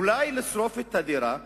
אולי לשרוף את הדירה.